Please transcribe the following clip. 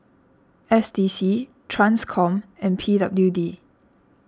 S D C Transcom and P W D